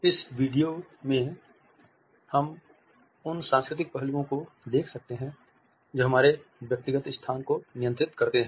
इस विशेष वीडियो में हम उन सांस्कृतिक पहलुओं को देख सकते हैं जो हमारे व्यक्तिगत स्थान को नियंत्रित करते हैं